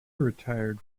retired